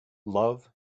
love